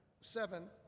seven